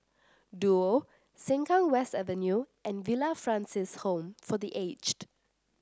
Duo Sengkang West Avenue and Villa Francis Home for The Aged